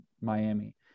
Miami